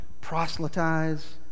proselytize